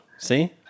See